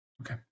Okay